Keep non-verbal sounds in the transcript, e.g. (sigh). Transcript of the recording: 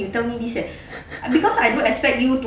(laughs)